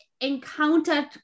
encountered